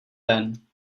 ven